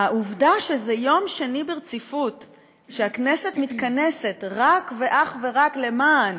העובדה היא שזה יום שני ברציפות שהכנסת מתכנסת אך ורק למען,